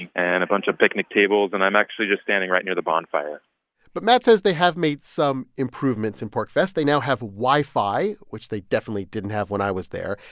and and a bunch of picnic tables. and i'm actually just standing right near the bonfire but matt says they have made some improvements in porcfest. they now have wi-fi, which they definitely didn't have when i was there.